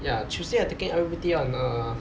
ya tuesday I taking I_P_P_T lah in uh